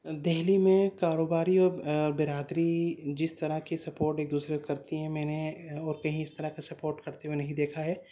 دہلی میں کاروباری اور برادری جس طرح کی سپورٹ ایک دوسرے کا کرتی ہیں میں نے اور کہیں اس طرح کا سپورٹ کرتے ہوئے نہیں دیکھا ہے